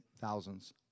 thousands